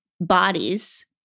Bodies